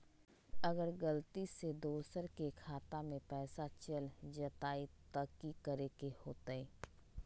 अगर गलती से दोसर के खाता में पैसा चल जताय त की करे के होतय?